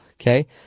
Okay